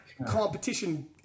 competition